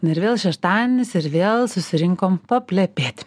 na ir vėl šeštadienis ir vėl susirinkom paplepėti